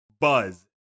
buzz